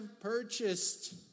purchased